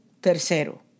tercero